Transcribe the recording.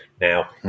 Now